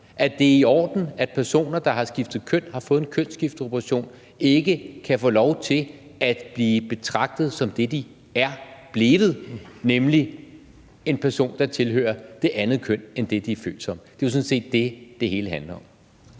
at det er i orden, at personer, der har fået en kønsskifteoperation og har skiftet køn, ikke kan få lov til at blive betragtet som det, de er blevet, nemlig en person, der tilhører det andet køn end det, de er født som? Det er jo sådan set det, det hele handler om.